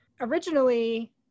Originally